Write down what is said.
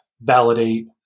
validate